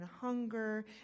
hunger